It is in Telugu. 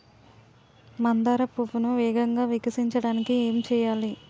మందార పువ్వును వేగంగా వికసించడానికి ఏం చేయాలి?